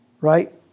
right